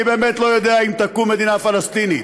אני באמת לא יודע אם תקום מדינה פלסטינית,